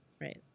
right